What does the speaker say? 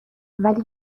ولی